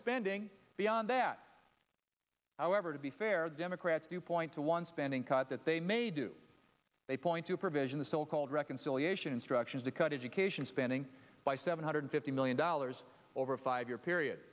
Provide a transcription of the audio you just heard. spending beyond that however to be fair democrats do point to one spending cut that they may do they point to provision the so called reconciliation instructions to cut education spending by seven hundred fifty million dollars over a five year period